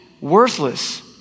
worthless